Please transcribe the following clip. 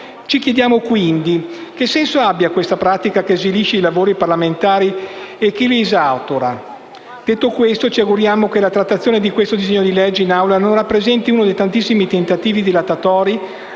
Ci chiediamo, quindi, che senso abbia questa pratica, che svilisce i lavori parlamentari e che li esautora. Detto questo, ci auguriamo che la trattazione di questo disegno di legge in Aula non rappresenti uno dei tantissimi tentativi dilatori